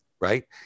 Right